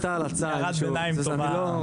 זאת הייתה הערת שוליים טובה.